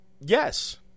Yes